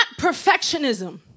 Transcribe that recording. perfectionism